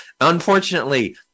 Unfortunately